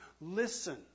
Listen